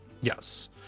yes